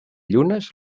llunes